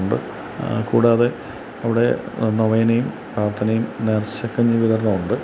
ഉണ്ട് കൂടാതെ അവിടെ നോവേനെയും പ്രാർത്ഥനയും നേർച്ച കഞ്ഞി വിതരണം ഉണ്ട്